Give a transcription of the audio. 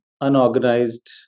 unorganized